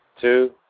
two